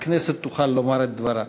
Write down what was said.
הכנסת תוכל לומר את דברה.